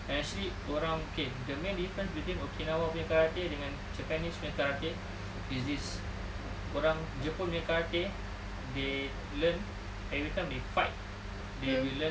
actually orang okay the main difference between okinawa punya karate dengan japanese punya karate is this orang jepun punya karate they learn every time they fight they will learn